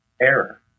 error